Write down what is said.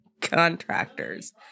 contractors